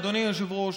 אדוני היושב-ראש,